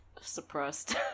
suppressed